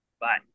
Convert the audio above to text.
Bye